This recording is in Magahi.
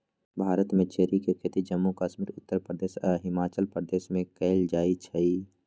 भारत में चेरी के खेती जम्मू कश्मीर उत्तर प्रदेश आ हिमाचल प्रदेश में कएल जाई छई